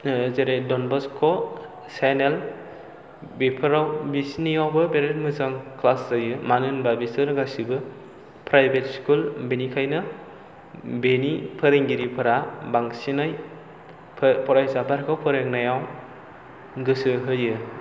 जेरै दन बस्क' सेनेल बेफोराव बिसिनियावबो बेराथ मोजां क्लास जायो मानो होनबा बिसोर गासिबो फ्रायभेट स्कुल बेनिखायनो बेनि फोरोंगिरिफोरा बांसिनै फरायसाफोरखौ फोरोंनायाव गोसो होयो